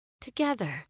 together